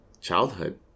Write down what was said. childhood